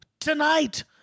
Tonight